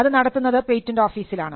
അത് നടത്തുന്നത് പേറ്റൻറ് ഓഫീസിലാണ്